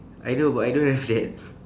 I know but I don't have that